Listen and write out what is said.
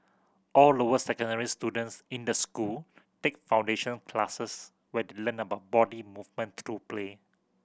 all lower secondary students in the school take foundation classes where they learn about body movement through play